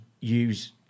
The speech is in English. Use